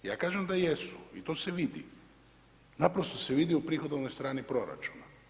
Ja kažem da jesu, i to se vidi, naprosto se vidi u prihodovnoj strani proračuna.